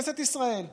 כנסת ישראל תבוא,